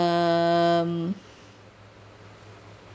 um